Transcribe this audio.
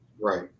Right